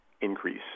increase